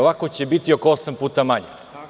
Ovako će biti oko osam puta manje.